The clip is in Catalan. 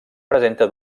presenta